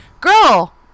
Girl